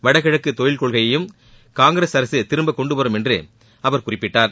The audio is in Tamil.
வடகிழக்கு தொழில் கொள்கையையும் காங்கிரஸ் அரசு திரும்ப கொண்டுவரும் என்று அவர் குறிப்பிட்டார்